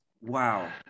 Wow